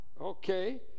okay